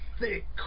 thick